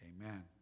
Amen